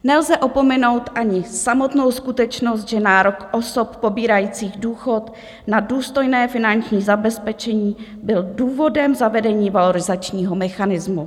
Nelze opomenout ani samotnou skutečnost, že nárok osob pobírajících důchod na důstojné finanční zabezpečení byl důvodem zavedení valorizačního mechanismu.